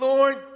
Lord